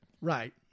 right